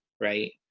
right